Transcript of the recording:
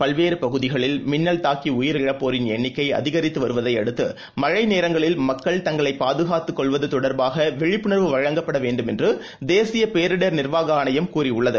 பல்வேறுபகுதிகளில் மின்னல் தாக்கிஉயிரிழப்போரின் நாட்டின் எண்ணிக்கைஅதிகரித்துவருவதையடுத்துமழைநேரங்களில் மக்கள் தங்களைப் பாதுகாத்துகொள்வதுதொடர்பாகவிழிப்புணர்வு வழங்கப்படவேண்டும் என்றுதேசியபேரிடர் நிர்வாகஆணையம் கூறியுள்ளது